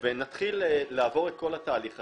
ונתחיל לעבור את כל התהליך הזה,